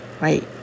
right